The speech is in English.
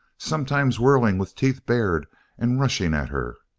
sometimes whirling with teeth bared and rushing at her,